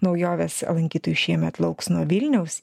naujovės lankytojų šiemet lauks nuo vilniaus